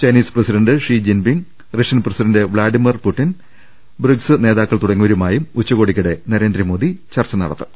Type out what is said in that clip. Chinese president Xi ജിൻ ping Russian president Vladimir Putin BRICS നേതാക്കൾ തുടങ്ങിയവരുമായും ഉച്ചകോ ടിക്കിടെ നരേന്ദ്രമോദി ചർച്ച നടത്തും